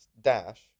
dash